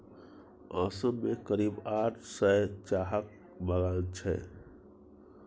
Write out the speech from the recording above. असम मे करीब आठ सय चाहक बगान छै